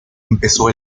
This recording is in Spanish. empezó